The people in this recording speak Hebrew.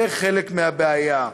זה חלק מהבעיה.